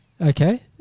Okay